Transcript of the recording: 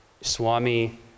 Swami